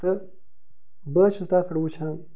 تہٕ بہٕ حظ چھُس تتھ پٮ۪ٹھ وٕچھان